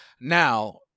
Now